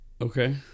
Okay